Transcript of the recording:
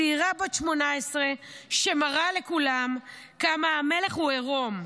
צעירה בת 18 שמראה לכולם כמה המלך הוא עירום.